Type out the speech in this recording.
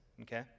Okay